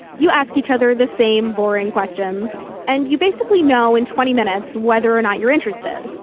you ask each other the same boring questions. and you basically know in twenty minutes whether or not you're interested.